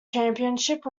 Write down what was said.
championship